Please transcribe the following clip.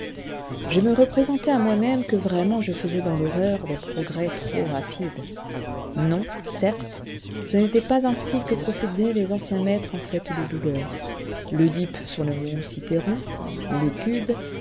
je me représentai à moi-même que vraiment je faisais dans l'horreur des progrès trop rapides non certes ce n'était pas ainsi que procédaient les anciens maîtres en fait de douleur l'oedipe sur le mont cithéron